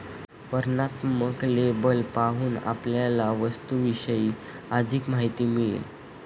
वर्णनात्मक लेबल पाहून आपल्याला वस्तूविषयी अधिक माहिती मिळेल